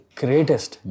greatest